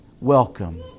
welcome